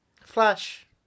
Flash